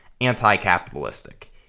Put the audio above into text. anti-capitalistic